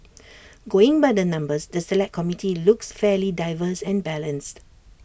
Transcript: going by the numbers the Select Committee looks fairly diverse and balanced